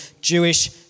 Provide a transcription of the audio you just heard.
Jewish